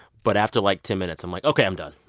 but after like ten minutes, i'm like, ok, i'm done.